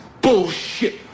bullshit